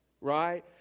Right